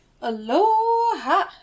Aloha